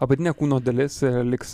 apatinė kūno dalis liks